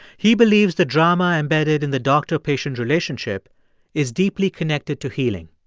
he believes the drama embedded in the doctor-patient relationship is deeply connected to healing.